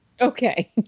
Okay